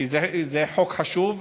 כי זה חוק חשוב.